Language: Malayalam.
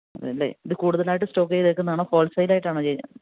അതെ അല്ലേ ഇത് കൂടുതലായിട്ട് സ്റ്റോക്ക് ചെയ്തേക്കുന്നതാണോ ഹോൾസെയിലായിട്ടാണോ ചെയ്യുന്നത്